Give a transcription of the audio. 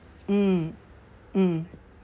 mm mm